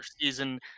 season